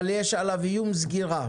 יש עליו איום סגירה?